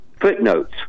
footnotes